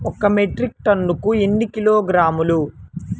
ఒక మెట్రిక్ టన్నుకు ఎన్ని కిలోగ్రాములు?